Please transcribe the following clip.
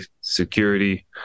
security